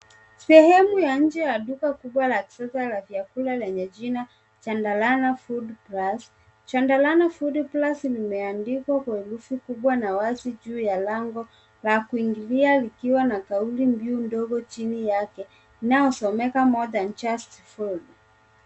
Sehemu ya nje ya duka kubwa la kisasa la vyakula lenye jina Chandarana Foodplus. Chandarana Foodplus limeandikwa kwa herufi kubwa na wazi juu ya lango la kuingilia likiwa na kauli ndogo chini yake inayosomeka more than just food .